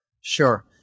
Sure